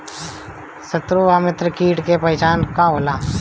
सत्रु व मित्र कीट के पहचान का होला?